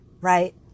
right